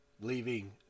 leaving